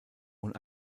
und